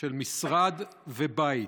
של משרד ובית.